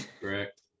Correct